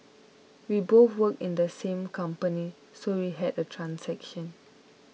we both work in the same company so we had a transaction